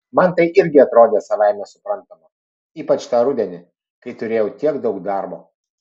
man tai irgi atrodė savaime suprantama ypač tą rudenį kai turėjau tiek daug darbo